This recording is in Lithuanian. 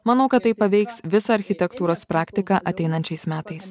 manau kad tai paveiks visą architektūros praktiką ateinančiais metais